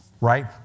Right